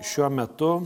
šiuo metu